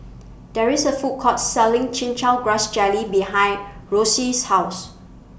There IS A Food Court Selling Chin Chow Grass Jelly behind Roscoe's House